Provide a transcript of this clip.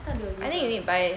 I thought they will give one